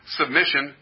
submission